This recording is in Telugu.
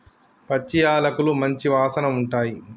పచ్చి యాలకులు మంచి వాసన ఉంటాయి